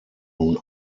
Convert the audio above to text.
nun